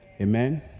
amen